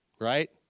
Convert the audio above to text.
right